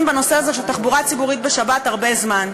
בנושא הזה של תחבורה ציבורית בשבת הרבה זמן.